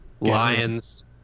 Lions